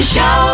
Show